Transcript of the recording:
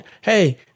hey